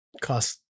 Cost